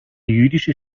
jüdische